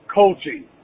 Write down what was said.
coaching